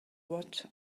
what